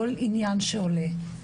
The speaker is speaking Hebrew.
כל עניין שעולה,